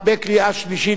נא להצביע, מי בעד?